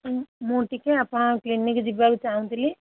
ମୁଁ ଟିକେ ଆପଣଙ୍କ କ୍ଲିନିକ୍ ଯିବାକୁ ଚାହୁଁଥିଲି